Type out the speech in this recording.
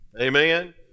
Amen